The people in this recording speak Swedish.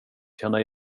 känna